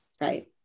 right